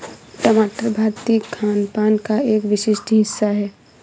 टमाटर भारतीय खानपान का एक विशिष्ट हिस्सा है